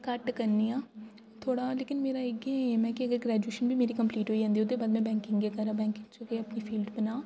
घट्ट करनी आं थोह्ड़ा लेकिन मेरा इ'यै ऐम ऐ की अगर ग्रेजुएशन बी मेरी कम्पलीट होई जन्दी ऐ ते ओह् बंदा बैंकिंग बगैरा बैंकिंग च गै अपनी फील्ड बनांऽ